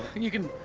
you can.